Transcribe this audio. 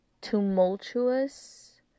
tumultuous